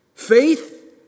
Faith